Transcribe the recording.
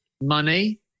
Money